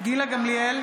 בעד גילה גמליאל,